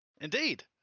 Indeed